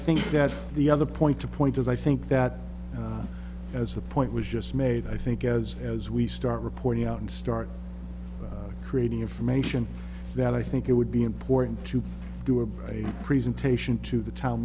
think that the other point to point is i think that as the point was just made i think as as we start reporting out and start creating a from nation that i think it would be important to do a presentation to the town